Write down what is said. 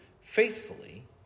faithfully